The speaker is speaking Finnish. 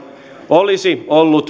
olisi